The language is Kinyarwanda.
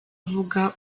avuga